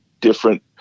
different